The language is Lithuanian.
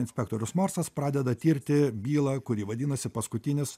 inspektorius morsas pradeda tirti bylą kuri vadinasi paskutinis